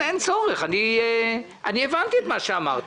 לא, אין צורך, אני הבנתי את מה שאמרתם.